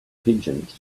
pigeons